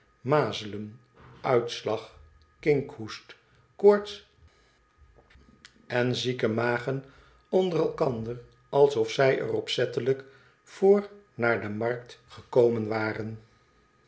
mazelen uitslag kinkhoest koorts en zieke magen onder elkander alsof zij er opzettelijk voor naar de markt gekomen waren